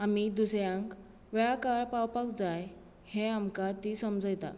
आमी दुसऱ्यांक वेळा काळार पावपाक जाय हें आमकां तीं समजयतात